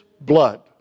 blood